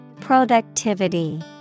Productivity